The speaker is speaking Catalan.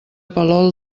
palol